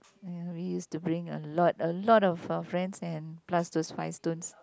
ya we used to bring a lot a lot of our friends and plus the five stones